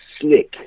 slick